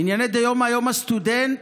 ענייני דיומא: יום הסטודנט.